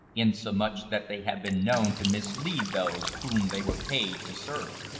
insomuch that they have been known to mislead those whom they were paid to serve.